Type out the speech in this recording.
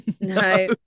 No